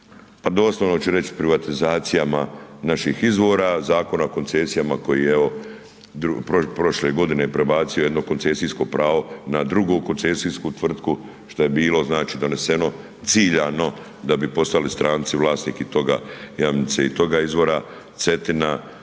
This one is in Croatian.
pa doslovno ću reći privatizacijama naših izvora, Zakona o koncesijama koji evo prošle godine prebacio jedno koncesijsko pravo na drugu koncesijsku tvrtku šta je bilo znači doneseno ciljano da bi postali stranci vlasnik i toga Jamnice i toga izvora, Cetina,